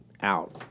out